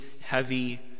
heavy